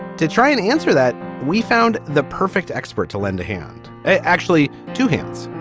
to try and answer that we found the perfect expert to lend a hand, actually. two hands.